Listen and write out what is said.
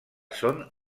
són